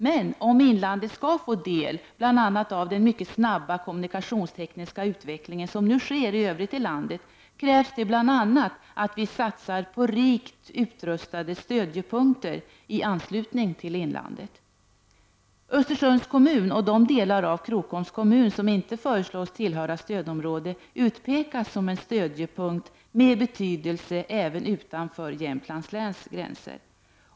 Men om inlandet skall få del av bl.a. den mycket snabba kommunikationstekniska utveckling som nu sker i övrigt i landet, krävs bl.a. att vi satsar på rikt utrustade stödjepunkter i anslutning till inlandet. Östersunds kommun och de delar av Krokoms kommun som inte föreslås tillhöra stödområde utpekas som en stödjepunkt med betydelse även utanför Jämtlands läns gränser.